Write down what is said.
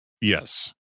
Yes